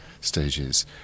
stages